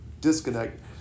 disconnect